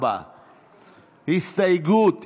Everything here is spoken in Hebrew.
4. הסתייגות,